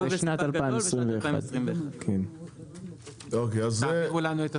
הסכום של ספק גדול בשנת 2021. תעבירו לנו את הסכום?